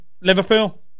Liverpool